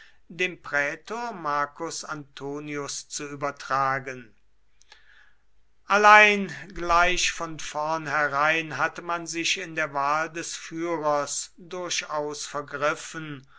dem prätor marcus antonius zu übertragen allein gleich von vornherein hatte man sich in der wahl des führers durchaus vergriffen